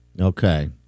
okay